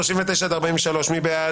רביזיה על 31. מי בעד?